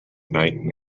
night